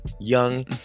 Young